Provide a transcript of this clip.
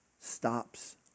stops